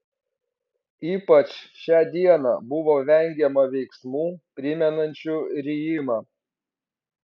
ypač šią dieną buvo vengiama veiksmų primenančių rijimą